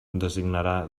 designarà